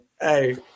Hey